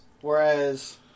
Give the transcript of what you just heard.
Whereas